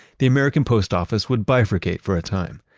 the american post office would bifurcate for a time.